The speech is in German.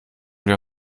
wir